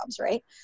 right